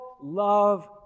love